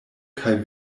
kaj